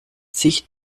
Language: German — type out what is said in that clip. sich